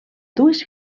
dues